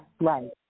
Right